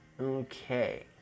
Okay